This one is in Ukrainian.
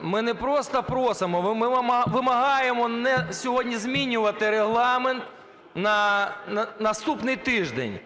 ми не просто просимо, ми вимагаємо сьогодні не змінювати Регламент на наступний тиждень.